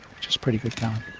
which is pretty good